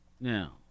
Now